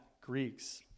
Greeks